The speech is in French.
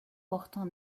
portent